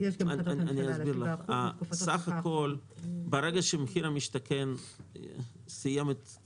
אסביר לך, בסך הכול ברגע שמחיר למשתכן סיים את